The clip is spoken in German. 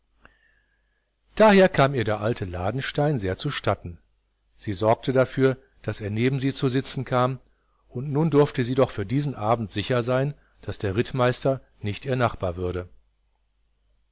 daher kam ihr der alte ladenstein sehr zu statten sie sorgte dafür daß er neben sie zu sitzen kam und nun durfte sie doch für diesen abend sicher sein daß der rittmeister nicht ihr nachbar würde